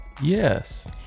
Yes